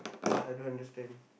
I don't understand